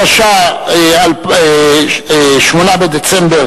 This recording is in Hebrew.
התשע"א 2010,